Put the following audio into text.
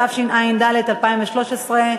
התשע"ד 2013,